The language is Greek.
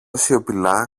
σιωπηλά